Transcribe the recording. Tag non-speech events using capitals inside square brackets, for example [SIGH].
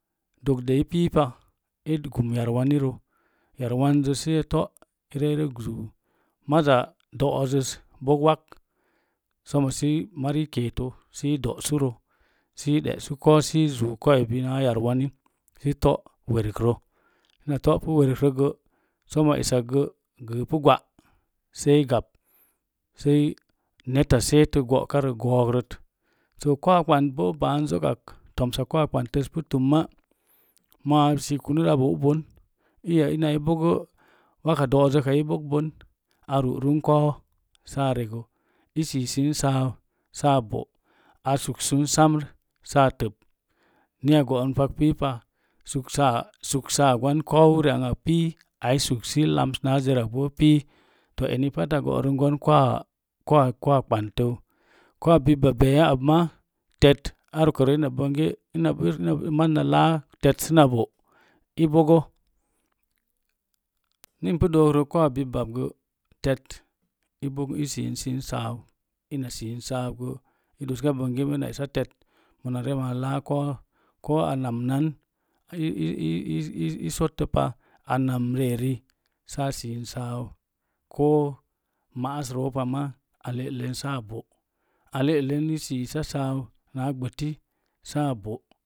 [UNINTELLIGIBLE] I gum yarwanirə sə i to mazza do'ozzəz bog wak sommo sə mari keetə sə ɗe'su koubirə sə i zuu yarwanirə gwa, esakgə gəəpu gwa’ sə galo sai netta seetə go'rə goorət to kouwa ɓant boo ban zokak tomsa kowa ɓantəu pu tumma mo̱a a sii kunus a bou bon iya bog waka doozək kai a ru'run kon saa regə ai sii sin saab saa bo’ a sukssun sanir saa teb ni go'on pak pipa suksaa gwan kowuwak pii ayi lams na zerak pii gwan kouwa ɓantəu kouwo bibba bee abbo ar ukarə mas na laa tet sə boon hi npu dookrək kouwa bibba gə i sisin saau ina esa tetgə i dooska bonge mona ree laa kou ko namnan i-i-i-i sottəpa a nam riveri sə a sin sau ko ma'as roopa ma a le'eklen saa bo’ ale'len i sisa sau naa ɓətisaa bo